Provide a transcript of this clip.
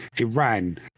Iran